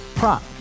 Prop